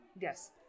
Yes